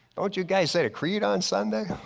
don't you guys say to creed on sunday?